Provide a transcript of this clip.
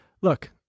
look